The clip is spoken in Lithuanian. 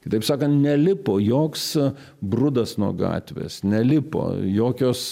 kitaip sakant nelipo joks brudas nuo gatvės nelipo jokios